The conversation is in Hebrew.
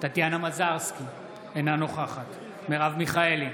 טטיאנה מזרסקי, אינה נוכחת מרב מיכאלי,